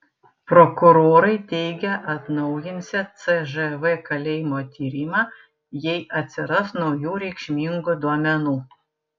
prokurorai teigia atnaujinsią cžv kalėjimo tyrimą jei atsiras naujų reikšmingų duomenų